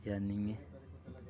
ꯌꯥꯅꯤꯡꯉꯤ